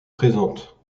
présentes